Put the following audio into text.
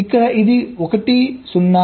ఇక్కడ ఇది 1 సున్నా